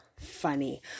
funny